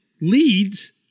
leads